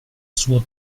suo